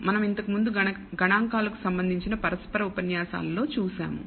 మనం ఇంతకుముందు గణాంకాలు కు సంబంధించిన పరస్పర ఉపన్యాసాలలో చూసాము